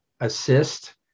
assist